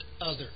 others